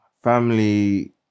Family